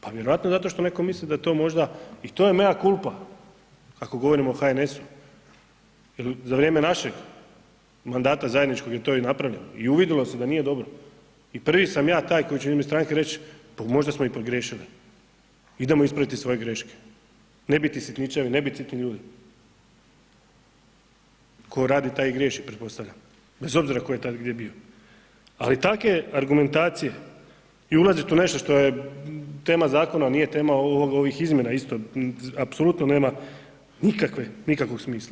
Pa vjerojatno zato što netko misli da je to možda i to je mea kulpa ako govorimo o HNS-u jel za vrijeme našeg mandata zajedničkog je to i napravljeno i uvidilo se da nije dobro i prvi sam ja taj koji će u ime stranke reć pa možda smo i pogriješili, idemo ispraviti svoje greške, ne biti sitničavi, ne biti sitni ljudi, tko radi taj i griješi pretpostavljam, bez obzira tko je tad gdje bio, ali takve argumentacije i ulazit u nešto što je tema zakona, al nije tema ovih izmjena isto, apsolutno nema nikakve, nikakvog smisla.